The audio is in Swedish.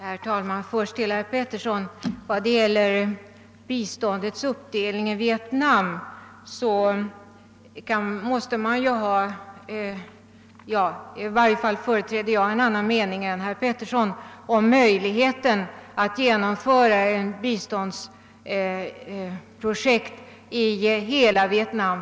Herr talman! Jag vill först säga några ord till herr Petersson i Gäddvik om uppdelningen av biståndet till Vietnam. För min del företräder jag en annan mening än herr Peterssons om möjligheten att för närvarande genomföra ett biståndsprojekt i hela Vietnam.